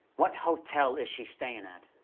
what hotel is she staying at?